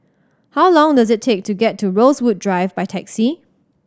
how long does it take to get to Rosewood Drive by taxi